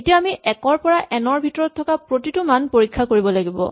এতিয়া আমি ১ ৰ পৰা এন ৰ ভিতৰত থকা প্ৰতিটো মান পৰীক্ষা কৰিব লাগিব